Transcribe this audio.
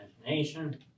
imagination